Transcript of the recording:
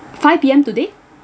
five P_M today